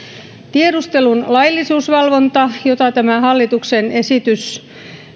tiedustelun laillisuusvalvonta jota tämä hallituksen esitys